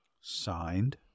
Signed